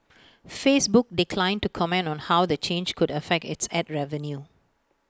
Facebook declined to comment on how the change could affect its Ad revenue